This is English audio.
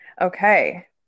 Okay